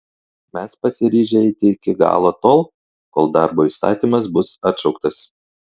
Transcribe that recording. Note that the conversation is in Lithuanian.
mes pasiryžę eiti iki galo tol kol darbo įstatymas bus atšauktas